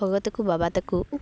ᱜᱚᱜᱚ ᱛᱟᱠᱚ ᱵᱟᱵᱟ ᱛᱟᱠᱚ